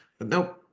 Nope